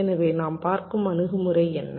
எனவே நாம் பார்க்கும் அணுகுமுறை என்ன